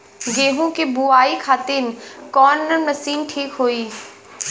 गेहूँ के बुआई खातिन कवन मशीन ठीक होखि?